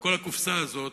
לכל הקופסה הזאת,